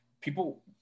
people